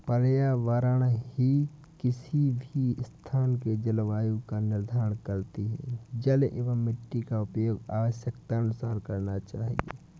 पर्यावरण ही किसी भी स्थान के जलवायु का निर्धारण करती हैं जल एंव मिट्टी का उपयोग आवश्यकतानुसार करना चाहिए